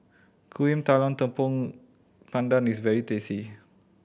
Kuih Talam Tepong Pandan is very tasty